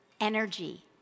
energy